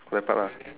for that part lah